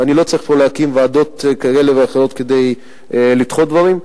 ואני לא צריך להקים פה ועדות כאלה ואחרות כדי לדחות דברים.